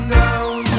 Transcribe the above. down